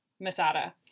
Masada